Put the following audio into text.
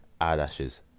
eyelashes